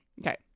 Okay